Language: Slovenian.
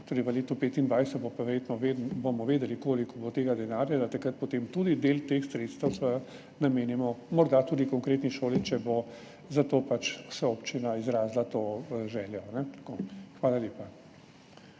pa verjetno vedeli, koliko bo tega denarja, da takrat potem tudi del teh sredstev seveda namenimo morda tudi konkretni šoli, če bo za to pač občina izrazila željo. Hvala lepa.